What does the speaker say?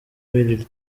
w’iri